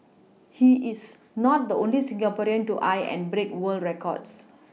he is not the only Singaporean to eye and break world records